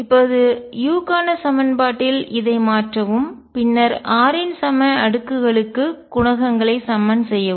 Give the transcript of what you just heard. இப்போது u க்கான சமன்பாட்டில் இதை மாற்றவும் பின்னர் r இன் சம அடுக்கு களுக்கு குணகங்களை சமன் செய்யவும்